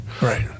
Right